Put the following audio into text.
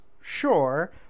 sure